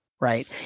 right